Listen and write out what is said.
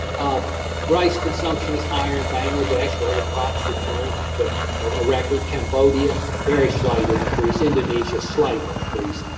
rice consumption is higher in bangladesh, where the crops returned to to a record. cambodia, very slight increase. indonesia, slight increase,